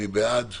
מי בעד?